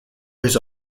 his